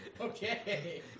Okay